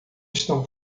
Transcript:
estão